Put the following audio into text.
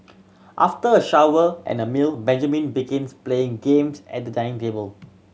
after a shower and a meal Benjamin begins playing games at the dining table